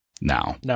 now